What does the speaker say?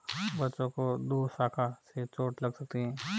बच्चों को दोशाखा से चोट लग सकती है